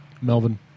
Melvin